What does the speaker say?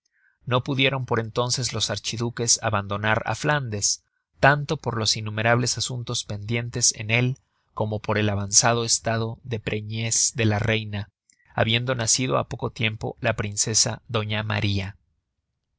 no pudieron por entonces los archiduques abandonar á flandes tanto por los innumerables asuntos pendientes en él como por el avanzado estado de preñez de la reina habiendo nacido á poco tiempo la princesa doña maría